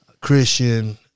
Christian